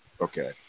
okay